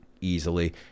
easily